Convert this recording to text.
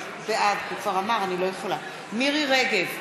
בעד מירי רגב,